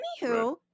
Anywho